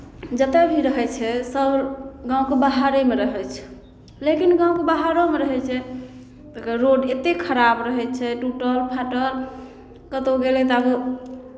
जतय भी रहै छै सभ गाँवके बाहरेमे रहै छै लेकिन गाँवके बाहरोमे रहै छै तऽ रोड एतेक खराब रहै छै टूटल फाटल कतहु गेलै तऽ आब ओ